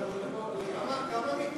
כמה מתנגדים,